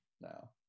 now